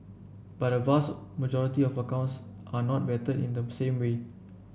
but a vast majority of accounts are not vetted in the same way